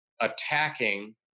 attacking